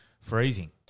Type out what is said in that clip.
freezing